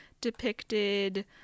depicted